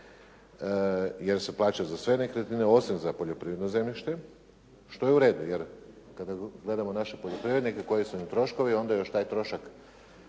jer se plaća za sve nekretnine, osim za poljoprivredno zemljište, što je u redu, jer kada gledamo naše poljoprivrede koji su im troškovi, onda još taj trošak